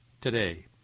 today